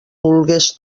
vulgues